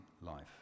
life